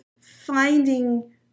finding